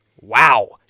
Wow